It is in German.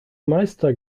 meister